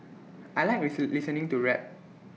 I Like listen listening to rap